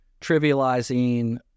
trivializing